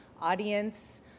audience